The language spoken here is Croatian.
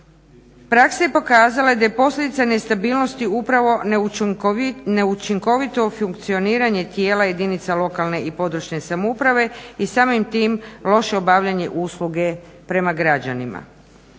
Praksa je pokazala i da je posljedica nestabilnosti upravo neučinkovito funkcioniranje tijela jedinica lokalne i područne samouprave i samim tim loše obavljanje usluge prema građanima.